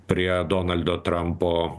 prie donaldo trampo